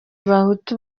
bahutu